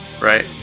Right